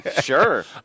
sure